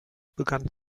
begann